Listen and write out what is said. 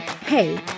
Hey